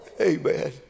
Amen